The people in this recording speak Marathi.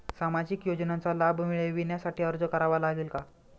सामाजिक योजनांचा लाभ मिळविण्यासाठी अर्ज करावा लागेल का?